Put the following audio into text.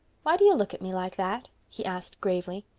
why do you look at me like that? he asked gravely.